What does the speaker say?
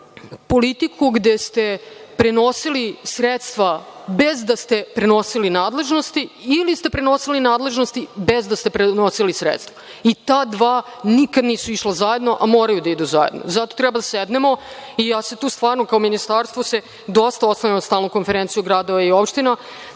politiku gde ste prenosili sredstva bez da ste prenosili nadležnosti ili ste prenosili nadležnosti bez da ste prenosili sredstva i ta dva nikada nisu išla zajedno, a moraju da idu zajedno. Zato treba da sednemo i kao ministarstvo se dosta oslanja na Stalnu konferenciju gradova i opština